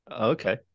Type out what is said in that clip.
Okay